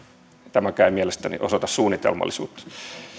tämäkään ei mielestäni osoita suunnitelmallisuutta